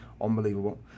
unbelievable